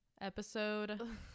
episode